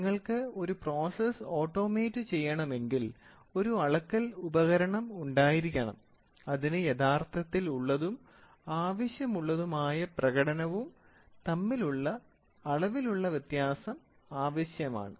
നിങ്ങൾക്ക് ഒരു process automate ചെയ്യണമെങ്കിൽ ഒരു അളക്കൽ ഉപകരണം ഉണ്ടായിരിക്കണം അതിന് യഥാർത്ഥത്തിൽ ഉള്ളതും ആവശ്യമുള്ളതുമായ പ്രകടനവും തമ്മിലുള്ള അളവിലുള്ള വ്യത്യാസം ആവശ്യമാണ്